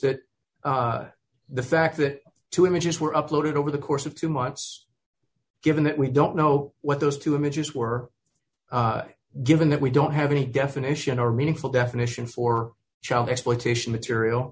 that the fact that two images were uploaded over the course of two months given that we don't know what those two images were given that we don't have any definition or meaningful definition for child exploitation material